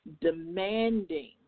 demanding